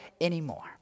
anymore